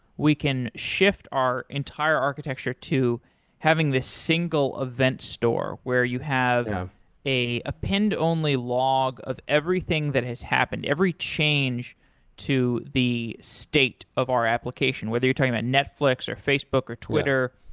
we can shift our entire architecture to having this single event store where you have an append only log of everything that has happened, every change to the state of our application, whether you're talking about netflix or facebook or twitter.